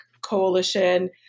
coalition